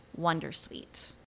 wondersuite